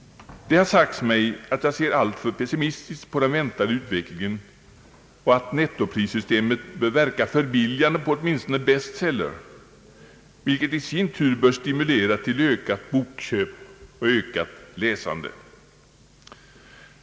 Det har sagts mig att jag ser alltför pessimistiskt på den väntade utvecklingen och att nettoprissystemet bör verka förbilligande på åtminstone bestsellers, vilket i sin tur bör stimulera till ökat bokköp och ökat läsande.